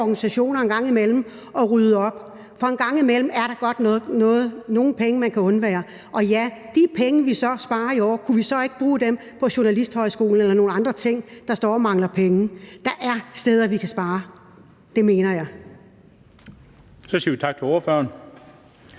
organisationer engang imellem, altså rydde op, for en gang imellem er der godt nok nogle penge, man kan spare. De penge, vi så sparer i år, kunne vi ikke bruge dem på Journalisthøjskolen eller nogle andre ting, hvor man står og mangler penge? Der er steder, vi kan spare. Det mener jeg. Kl. 13:50 Den fg. formand